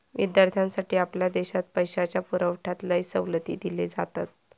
विद्यार्थ्यांसाठी आपल्या देशात पैशाच्या पुरवठ्यात लय सवलती दिले जातत